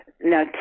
Now